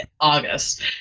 August